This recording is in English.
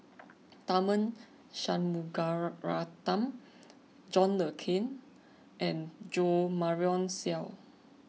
Tharman Shanmugaratnam John Le Cain and Jo Marion Seow